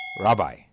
Rabbi